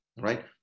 right